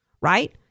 Right